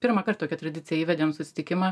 pirmąkart tokią tradiciją įvedėm į susitikimą